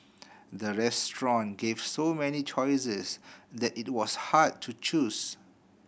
the restaurant gave so many choices that it was hard to choose